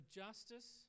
justice